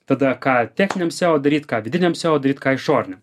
tada ką techniniam seo daryt ką vidiniam seo daryti ką išoriniam